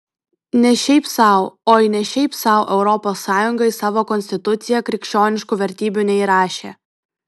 ne šiaip sau oi ne šiaip sau europos sąjunga į savo konstituciją krikščioniškų vertybių neįrašė